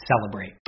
celebrate